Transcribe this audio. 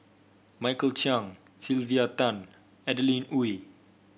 Michael Chiang Sylvia Tan Adeline Ooi